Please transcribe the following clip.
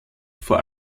vor